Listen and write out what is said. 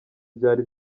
byari